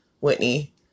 Whitney